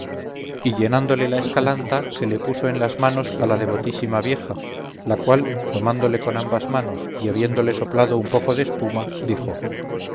y llenándole la escalanta se le puso en las manos a la devotísima vieja la cual tomándole con ambas manos y habiéndole soplado un poco de espuma dijo